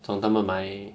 从他们买